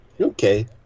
Okay